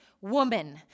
woman